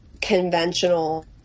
conventional